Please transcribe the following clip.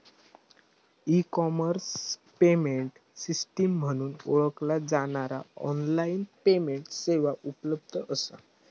E commerce payment system म्हणून ओळखला जाणारा ऑनलाइन पेमेंट सेवा उपलब्ध असा